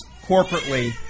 corporately